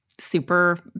super